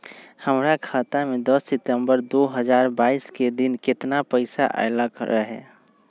हमरा खाता में दस सितंबर दो हजार बाईस के दिन केतना पैसा अयलक रहे?